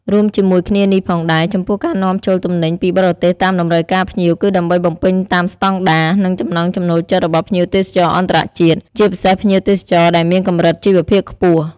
រួមជាមួយគ្នានេះផងដែរ ចំពោះការនាំចូលទំនិញពីបរទេសតាមតម្រូវការភ្ញៀវ គឺដើម្បីបំពេញតាមស្តង់ដារ និងចំណង់ចំណូលចិត្តរបស់ភ្ញៀវទេសចរអន្តរជាតិ ជាពិសេសភ្ញៀវទេសចរដែលមានកម្រិតជីវភាពខ្ពស់។